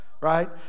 right